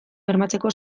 bermatzeko